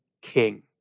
king